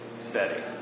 steady